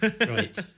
Right